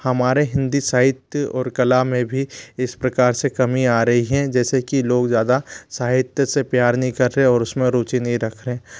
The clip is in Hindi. हमारे हिन्दी साहित्य और कला में भी इस प्रकार से कमी आ रही हैं जैसे कि लोग ज़्यादा साहित्य से प्यार नही कर रहे और उसमें रुचि नहीं रख रहे